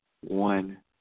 one